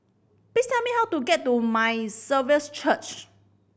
please tell me how to get to My Saviour's Church